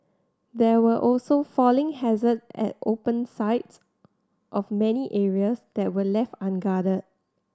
there were also falling hazard at open sides of many areas that were left unguarded